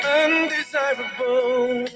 undesirable